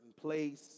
place